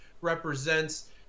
represents